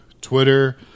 Twitter